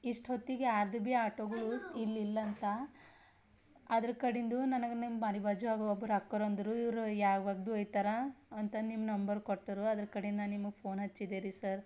ಇಷ್ಟು ಹೊತ್ತಿಗೆ ಯಾರದು ಭೀ ಆಟೋಗಳು ಇಲ್ಲಿಲ್ಲಂತ ಅದರ ಕಡಿಂದು ನನಗೆ ನಿಮ್ಮ ಮನೆ ಬಾಜೂ ಆಗಿ ಒಬ್ಬರು ಅಕ್ಕರಂದರು ಇವರು ಯಾವಾಗ ಭೀ ಹೋಯ್ತಾರ ಅಂತ ನಿಮ್ಮ ನಂಬರ್ ಕೊಟ್ಟರು ಅದರ ಕಡೆಯಿಂದ ನಿಮಗೆ ಫೋನ್ ಹಚ್ಚಿದೇರಿ ಸರ್